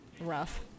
rough